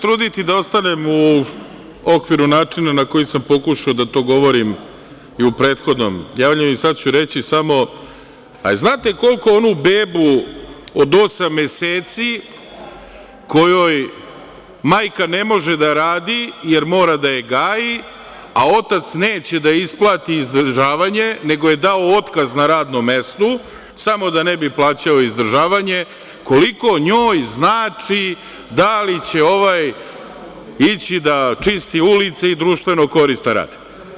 Trudiću se da ostanem u okviru načina na koji sam pokušao da to govorim i u prethodnom javljanju i sada ću reći samo – znate li koliko onu bebu od osam meseci kojoj majka ne može da radi, jer mora da je gaji, a otac neće da joj isplati izdržavanje nego je dao otkaz na radnom mestu samo da ne bi plaćao izdržavanje, koliko njoj znači da li će ovaj ići da čisti ulice i društveno koristan rad?